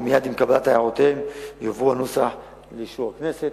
ומייד עם קבלת הערותיהם יועבר הנוסח לאישור הכנסת.